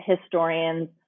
historians